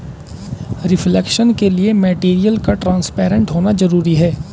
reflection के लिए material का ट्रांसपेरेंट होना जरूरी है